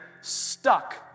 stuck